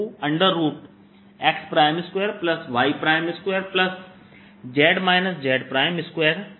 को x2y2z z2लिखा जा सकता है